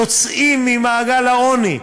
יוצאים ממעגל העוני.